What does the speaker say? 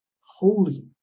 holy